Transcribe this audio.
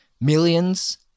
millions